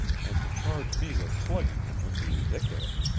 and to charge me with slugging him would be ridiculous.